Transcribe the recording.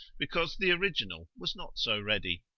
because the original was not so ready.